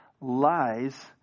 lies